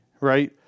right